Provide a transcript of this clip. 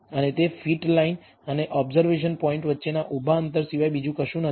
અને તે fit line અને ઓબ્ઝર્વેશન પોઇન્ટ વચ્ચેના ઉભા અંતર સિવાય બીજું કશું નથી